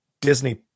Disney